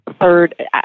Third